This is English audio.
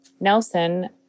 Nelson